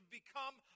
become